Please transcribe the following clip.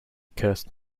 cursed